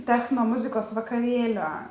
techno muzikos vakarėlio